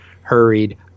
hurried